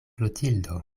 klotildo